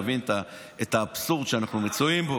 תבין את האבסורד שאנחנו מצויים בו.